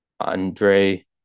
Andre